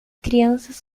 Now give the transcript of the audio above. crianças